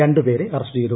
രണ്ട് പേരെ അറസ്റ്റ് ചെയ്തു